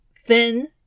thin